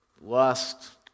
Lust